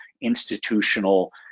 institutional